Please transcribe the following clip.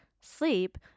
sleep